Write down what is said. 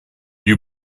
you